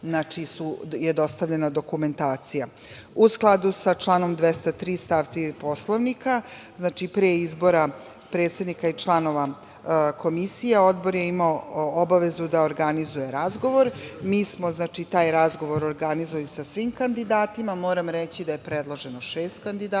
kada je dostavljena dokumentacija.U skladu sa članom 203. stav 3. Poslovnika, pre izbora predsednika i članova Komisije, Odbor je imao obavezu da organizuje razgovor. Mi smo taj razgovor organizovali sa svim kandidatima. Moram reći da je predloženo šest kandidata,